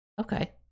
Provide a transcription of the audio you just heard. Okay